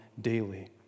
daily